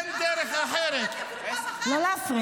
למה?